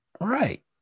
Right